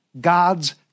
God's